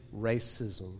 racism